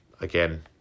again